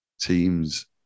teams